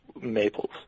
maples